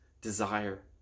desire